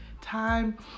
time